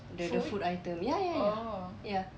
the the food item ya ya ya ya